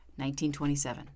1927